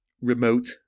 remote